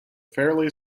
fairly